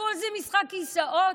הכול זה משחק כיסאות?